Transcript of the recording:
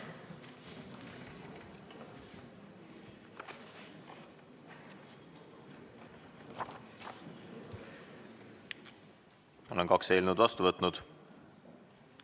Olen kaks eelnõu vastu võtnud